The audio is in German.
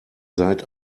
seid